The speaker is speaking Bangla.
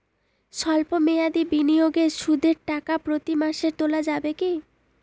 সল্প মেয়াদি বিনিয়োগে সুদের টাকা প্রতি মাসে তোলা যাবে কি?